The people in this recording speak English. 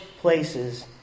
places